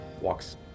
walks